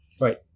Right